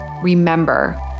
Remember